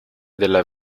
della